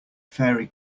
fairy